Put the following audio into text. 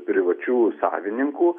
privačių savininkų